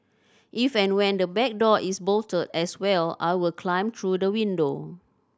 if and when the back door is bolted as well I will climb through the window